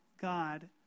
God